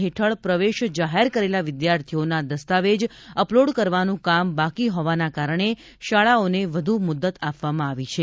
હેઠળ પ્રવેશ જાહેર કરેલા વિદ્યાર્થીઓના દસ્તાવેજ અપલોડ કરવાનું કામ બાકી હોવાના કારણે શાળાઓને વધુ મુદત આપવામાં આવી છે